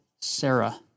Sarah